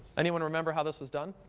anyone remember how this was done?